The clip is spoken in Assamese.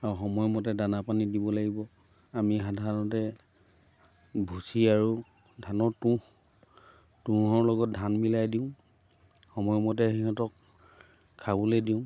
আৰু সময়মতে দানা পানী দিব লাগিব আমি সাধাৰণতে ভুচি আৰু ধানৰ তুঁহ তুঁহৰ লগত ধান মিলাই দিওঁ সময়মতে সিহঁতক খাবলৈ দিওঁ